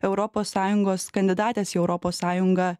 europos sąjungos kandidatės į europos sąjungą